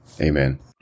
Amen